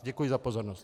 Děkuji za pozornost.